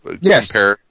Yes